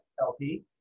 LP